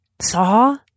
saw